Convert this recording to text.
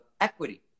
equity